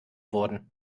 wurden